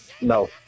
No